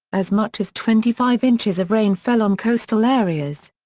as much as twenty five inches of rain fell on coastal areas.